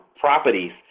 properties